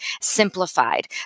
simplified